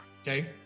Okay